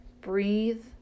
Breathe